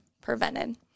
prevented